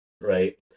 right